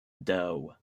dough